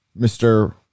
Mr